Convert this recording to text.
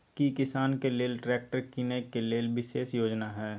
की किसान के लेल ट्रैक्टर कीनय के लेल विशेष योजना हय?